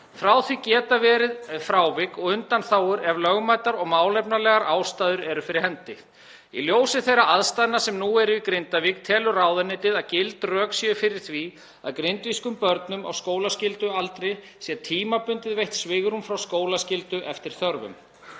Frá því geta verið frávik og undanþágur ef lögmætar og málefnalegar ástæður eru fyrir hendi. Í ljósi þeirra aðstæðna sem nú eru í Grindavík telur ráðuneytið að gild rök séu fyrir því að grindvískum börnum á skólaskyldualdri sé tímabundið veitt svigrúm frá skólaskyldu eftir þörfum.